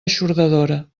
eixordadora